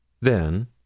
Then